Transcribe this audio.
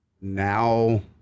Now